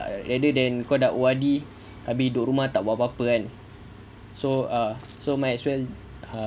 I rather than kau dah O_R_D abeh duduk rumah tak buat apa-apa kan so err so might as well